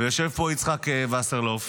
ויושב פה יצחק וסרלאוף,